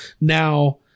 Now